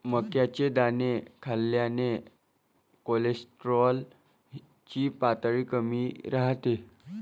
मक्याचे दाणे खाल्ल्याने कोलेस्टेरॉल ची पातळी कमी राहते